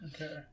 Okay